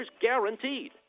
guaranteed